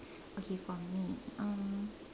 okay for me um